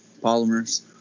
polymers